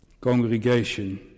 Congregation